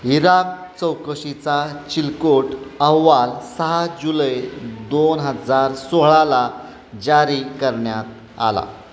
Iraq चौकशीचा Chilcot अहवाल सहा जुलै दोन हजार सोळाला जारी करण्यात आला